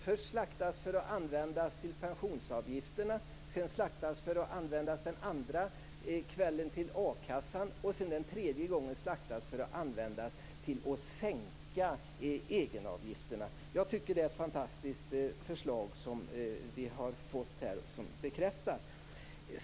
Först slaktas den för att användas till pensionsavgifterna, sedan slaktas den för att användas den andra kvällen till a-kassan och därefter slaktas den en tredje gång för att användas till sänkning av egenavgifterna. Jag tycker att det är ett fantastiskt förslag som vi här har fått bekräftat.